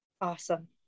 Awesome